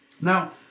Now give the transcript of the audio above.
Now